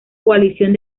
coalición